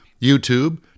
YouTube